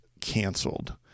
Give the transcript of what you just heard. canceled